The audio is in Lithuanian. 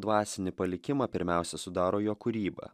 dvasinį palikimą pirmiausia sudaro jo kūryba